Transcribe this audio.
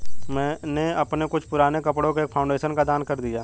मैंने अपने कुछ पुराने कपड़ो को एक फाउंडेशन को दान कर दिया